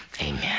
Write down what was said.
amen